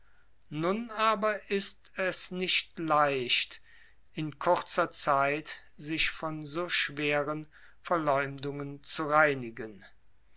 nun aber ist es nicht leicht in kurzer zeit sich von so schweren verleumdungen zu reinigen